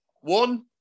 One